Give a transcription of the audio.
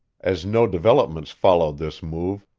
as no developments followed this move,